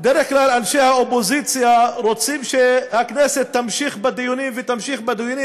בדרך כלל אנשי האופוזיציה רוצים שהכנסת תמשיך ותמשיך בדיונים,